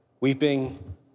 weeping